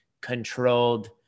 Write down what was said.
controlled